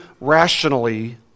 rationally